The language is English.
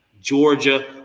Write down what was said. Georgia